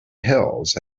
hills